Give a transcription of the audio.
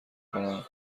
کنم